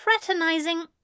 fraternizing